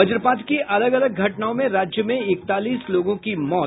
वज्रपात की अलग अलग घटनाओं में राज्य में इकतालीस लोगों की मौत